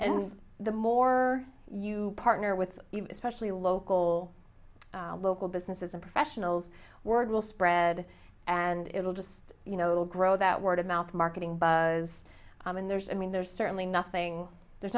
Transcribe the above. and the more you partner with especially local local businesses a professionals word will spread and it will just you know it'll grow that word of mouth marketing buzz and there's i mean there's certainly nothing there's